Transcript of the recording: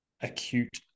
acute